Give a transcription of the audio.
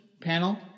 panel